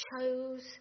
chose